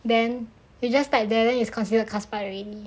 then he just there then it's considered class part already